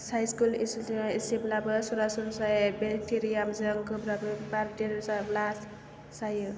साइस्कुल एसिदा एसेब्लाबो सरासनस्रायै बेक्टेरियाजों गोब्राबै बारदेरजाब्ला जायो